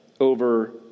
over